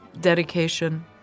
dedication